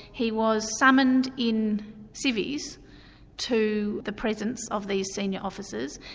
he was summoned in civvies to the presence of these senior officers,